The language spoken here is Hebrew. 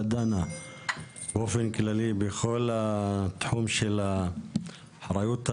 דנה באופן כללי בכל תחום האחריות המוניציפלית.